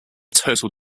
total